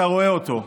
אתה רואה אותו.